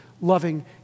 loving